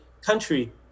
country